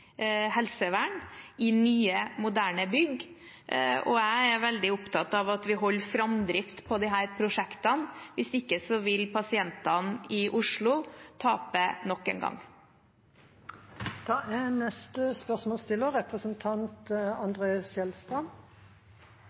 helsevern i nye moderne bygg. Jeg er veldig opptatt av at vi har framdrift i disse prosjektene – hvis ikke vil pasientene i Oslo tape nok en gang.